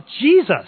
Jesus